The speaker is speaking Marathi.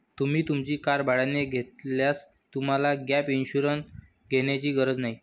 तुम्ही तुमची कार भाड्याने घेतल्यास तुम्हाला गॅप इन्शुरन्स घेण्याची गरज नाही